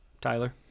Tyler